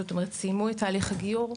זאת אומרת סיימו את תהליך הגיור,